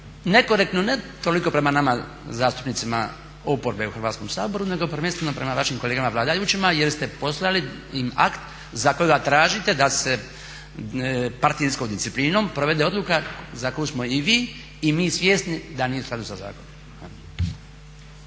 nekorektno, ne toliko prema nama zastupnicima oporbe u Hrvatskom saboru nego prvenstveno prema vašim kolegama vladajućima jer ste poslali im akt za kojega tražite da se partijskom disciplinom provede odluka za koju smo i vi i mi svjesni da nije u skladu sa zakonom.